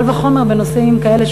קל וחומר בנושאים כאלה,